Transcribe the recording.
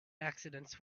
accidents